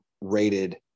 rated